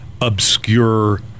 obscure